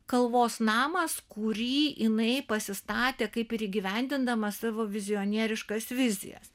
kalvos namas kurį jinai pasistatė kaip ir įgyvendindama savo vizionieriškas vizijas